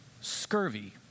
scurvy